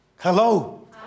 Hello